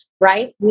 Right